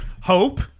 hope